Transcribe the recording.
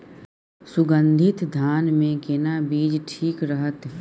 सुगन्धित धान के केना बीज ठीक रहत?